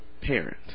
parent